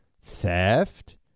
theft